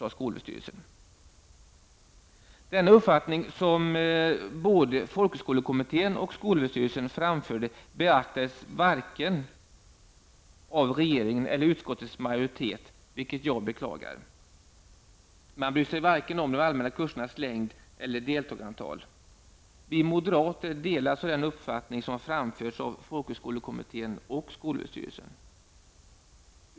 Denna uppfattning, som både folkhögskolekommittén och skolöverstyrelsen framförde, beaktades varken av regeringen eller utskottets majoritet, vilket jag beklagar. Man bryr sig varken om de allmänna kursernas längd eller deltagarantal. Vi moderater delar alltså den uppfattning som framförts av folkhögskolekommittén och skolöverstyrelsen.